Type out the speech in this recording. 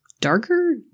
darker